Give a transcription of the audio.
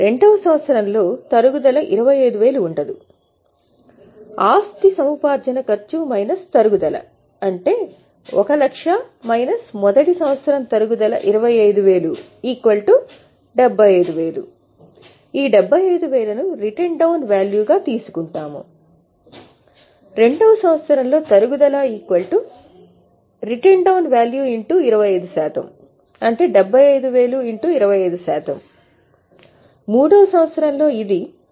రెండవ సంవత్సరంలో తరుగుదల రిటెన్ డౌన్ వాల్యూ 25 అంటే 75000 25 శాతము మూడవ సంవత్సరంలో ఇది రూ